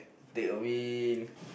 take a wind